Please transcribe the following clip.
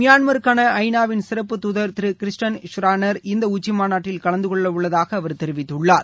மியான்மருக்கான ஐ நா வின் சிறப்பு தூதர் திரு கிறிஸ்டைன் ஷ்ரானர் இந்த உச்சிமாநாட்டில் கலந்து கொள்ளவுள்ளதாக அவர் தெரிவித்துள்ளார்